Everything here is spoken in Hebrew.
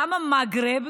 למה מגרב?